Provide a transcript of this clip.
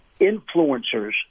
influencers